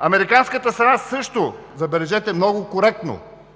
Американската страна също, забележете, много коректно